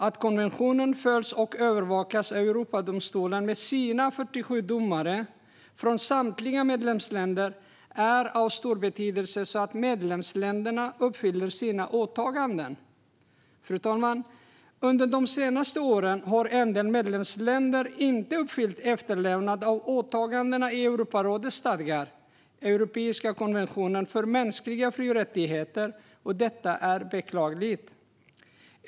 Att konventionen följs och övervakas av Europadomstolen med sina 47 domare från samtliga medlemsländer är av stor betydelse för att medlemsländerna ska uppfylla sina åtaganden. Fru talman! Under de senaste åren har en del medlemsländer inte fullgjort efterlevnaden av åtagandena i Europarådets stadgar eller i den europeiska konventionen för mänskliga fri och rättigheter. Detta är beklagligt.